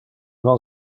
non